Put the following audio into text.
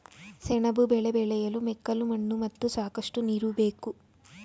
ಸೆಣಬು ಬೆಳೆ ಬೆಳೆಯಲು ಮೆಕ್ಕಲು ಮಣ್ಣು ಮತ್ತು ಸಾಕಷ್ಟು ನೀರು ಬೇಕು